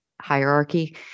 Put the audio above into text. hierarchy